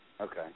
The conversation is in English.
Okay